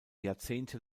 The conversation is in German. jahrzehnte